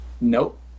Nope